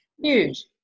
Huge